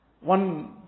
One